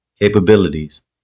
capabilities